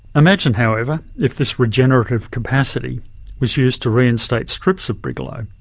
imagine however if this regenerative capacity was used to reinstate strips of brigalow,